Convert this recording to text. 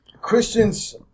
Christians